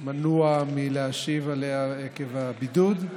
מנוע מלהשיב עקב הבידוד.